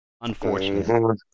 unfortunately